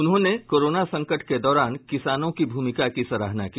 उन्होंने कोराना संकट के दौरान किसानों की भूमिका की सराहना की